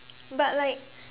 but like